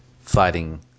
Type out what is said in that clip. fighting